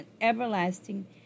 everlasting